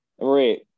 right